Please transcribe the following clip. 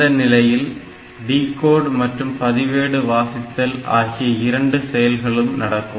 இந்த நிலையில் டிகோட் மற்றும் பதிவேடு வாசித்தல் ஆகிய இரண்டு செயல்களும் நடக்கும்